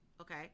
okay